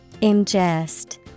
Ingest